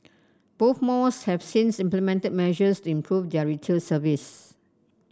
both malls have since implemented measures to improve their retail service